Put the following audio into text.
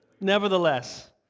Nevertheless